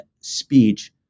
speech